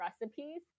recipes